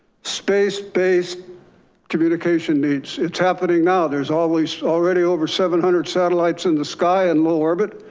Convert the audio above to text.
space-based community patient needs it's happening now. there's always already over seven hundred satellites in the sky in low orbit.